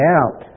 out